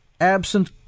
absent